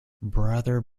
brother